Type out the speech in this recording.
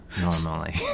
normally